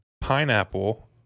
pineapple